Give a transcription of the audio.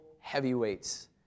heavyweights